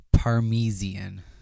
Parmesan